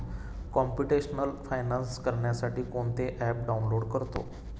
computational finance करण्यासाठी कोणते app download करतो